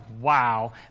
wow